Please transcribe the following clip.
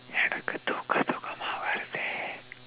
எனக்கு தூக்கம் தூக்கமா வருது:enakku thuukkam thuukkamaa varuthu